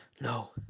No